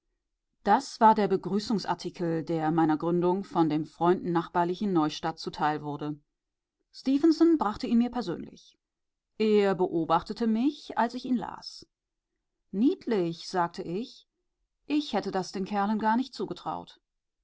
das war der begrüßungsartikel der meiner gründung von dem freundnachbarlichen neustadt zuteil wurde stefenson brachte ihn mir persönlich er beobachtete mich als ich ihn las niedlich sagte ich ich hätte das den kerlen gar nicht zugetraut